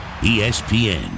ESPN